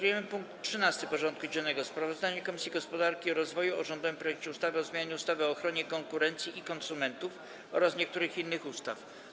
Powracamy do rozpatrzenia punktu 13. porządku dziennego: Sprawozdanie Komisji Gospodarki i Rozwoju o rządowym projekcie ustawy o zmianie ustawy o ochronie konkurencji i konsumentów oraz niektórych innych ustaw.